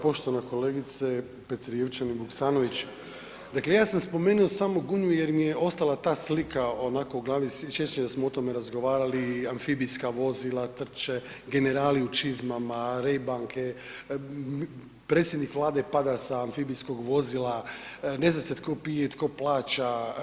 Poštovana kolegice Petrijevčanin Vuksanović, dakle ja sam spomenuo samo Gunju jer mi je ostala ta slika onako u glavi sjećam se da smo o tome razgovarali, amfibijska vozila, trče generali u čizmama, raybanke, predsjednik vlade pada sa amfibijskog vozila, ne zna se tko pije, tko plaća.